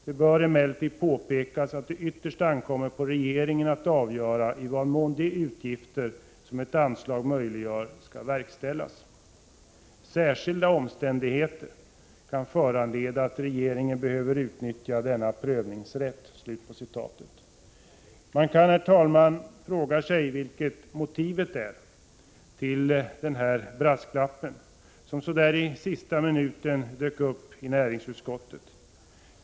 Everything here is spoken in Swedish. Det bör emellertid påpekas att det ytterst ankommer på regeringen att avgöra i vad mån de utgifter som ett anslag möjliggör skall verkställas. Särskilda omständigheter kan föranleda att regeringen behöver utnyttja denna prövningsrätt.” Man kan, herr talman, fråga sig vilket motivet är till denna brasklapp som så där i sista minuten dök upp i näringsutskottet.